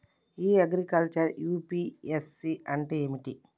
ఇ agriculture UPSC అంటే ఏమిటి?